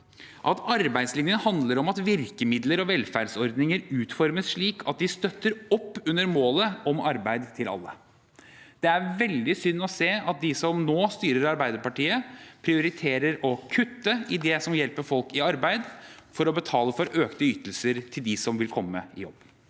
at arbeidslinjen handler om at virkemidler og velferdsordninger utformes slik at de støtter opp under målet om arbeid til alle. Det er veldig synd å se at de som nå styrer Arbeiderpartiet, prioriterer å kutte i det som hjelper folk i arbeid, for å betale for økte ytelser til dem som vil komme i jobb.